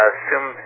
Assume